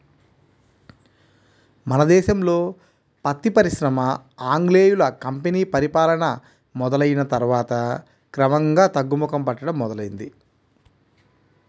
మన దేశంలో పత్తి పరిశ్రమ ఆంగ్లేయుల కంపెనీ పరిపాలన మొదలయ్యిన తర్వాత క్రమంగా తగ్గుముఖం పట్టడం మొదలైంది